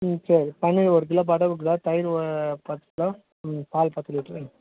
ம் சரி பன்னீர் ஒரு கிலோ பட்டர் ஒரு கிலோ தயிர் பத்து கிலோ ம் பால் பத்து லிட்ரு